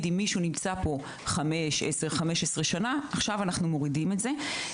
אם מישהו נמצא פה 15 שנים עכשיו אנחנו מורידים את זה.